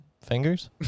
fingers